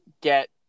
get